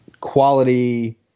quality